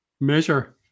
Measure